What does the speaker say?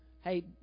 Hey